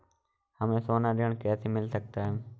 हमें सोना ऋण कैसे मिल सकता है?